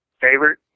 favorite